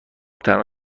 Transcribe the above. تنها